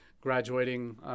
graduating